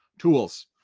tools,